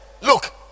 look